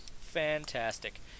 Fantastic